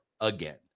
again